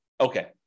okay